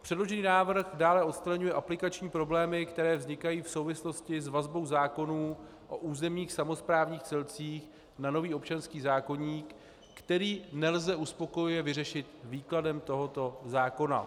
Předložený návrh dále odstraňuje aplikační problémy, které vznikají v souvislosti s vazbou zákonů o územních samosprávných celcích na nový občanský zákoník, který nelze uspokojivě vyřešit výkladem tohoto zákona.